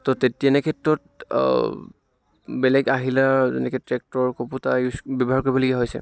ত' তেনেক্ষেত্ৰত বেলেগ আহিলা যেনেকৈ ট্ৰেক্টৰ কোপোটা ইউচ ব্য়ৱহাৰ কৰিবলগীয়া হৈছে